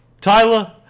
Tyler